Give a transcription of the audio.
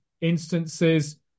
instances